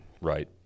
right